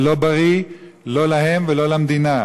זה לא בריא, לא להם ולא למדינה.